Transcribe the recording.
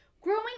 growing